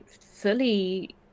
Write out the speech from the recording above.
fully